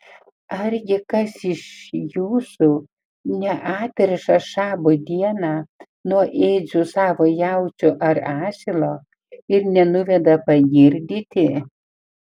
argi kas iš jūsų neatriša šabo dieną nuo ėdžių savo jaučio ar asilo ir nenuveda pagirdyti